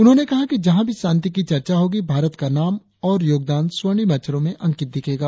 उन्होंने कहा कि जहां भी शांति की चर्चा होगी भारत का नाम और योगदान स्वर्णिम अक्षरों में अंकित दिखेगा